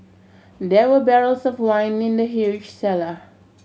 there were barrels of wine in the huge cellar